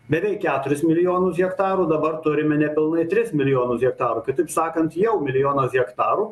beveik keturis milijonus hektarų dabar turime nepilnai tris milijonus hektarų kitaip sakant jau milijonas hektarų